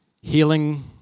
healing